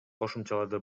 кошумчалады